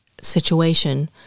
situation